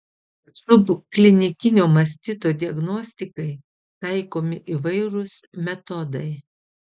subklinikinio mastito diagnostikai taikomi įvairūs metodai